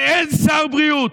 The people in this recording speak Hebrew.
ואין שר בריאות.